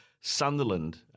Sunderland